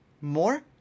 more